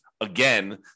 again